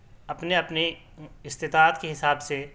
اپنے اپنی استطاعت کے حساب سے